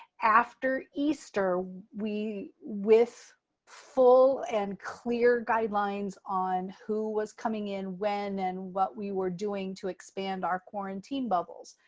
after easter, we with full and clear guidelines on who was coming in, when and what we were doing to expand our quarantine bubbles.